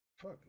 Fuck